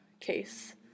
case